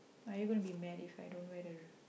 are you gonna be mad If I don't wear the